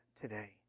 today